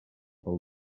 pel